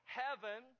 heaven